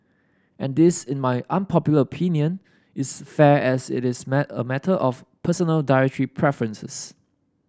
and this in my unpopular opinion is fair as it is a matter of personal dietary preferences